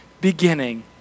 beginning